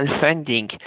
funding